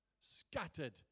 scattered